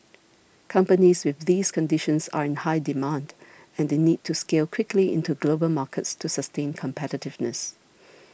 companies with these conditions are in high demand and they need to scale quickly into global markets to sustain competitiveness